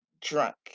drunk